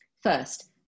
First